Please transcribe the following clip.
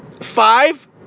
Five